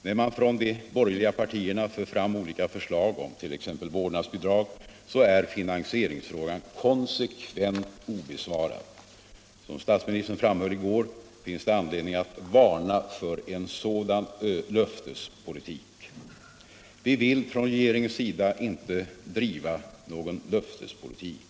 När de borgerliga partierna för fram olika förslag om t.ex. vårdnadsbidrag är finansieringsfrågan konsekvent obesvarad. Som statsministern fram höll i går finns det anledning att varna för en sådan löftespolitik. Vi vill från regeringens sida inte driva någon löftespolitik.